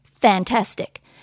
fantastic